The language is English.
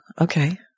okay